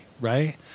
right